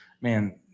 man